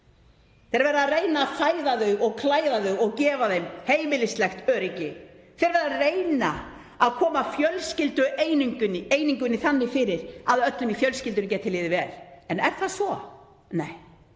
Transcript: verið er að reyna að fæða þau og klæða þau og gefa þeim heimilislegt öryggi, þegar verið er að reyna að koma fjölskyldueiningunni þannig fyrir að öllum í fjölskyldunni geti liðið vel? En er það svo? Nei.